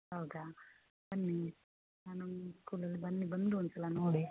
ಹೌದಾ ಬನ್ನಿ ನಾನು ಸ್ಕೂಲಲ್ಲಿ ಬನ್ನಿ ಬಂದು ಒಂದ್ಸಲ ನೋಡಿ